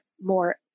more